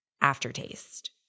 aftertaste